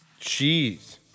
Jeez